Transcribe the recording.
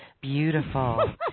Beautiful